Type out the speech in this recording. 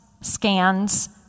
scans